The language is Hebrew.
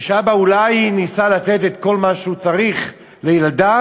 ושהאבא אולי ניסה לתת את כל מה שהוא צריך לילדיו,